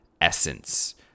essence